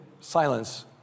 silence